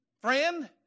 Friend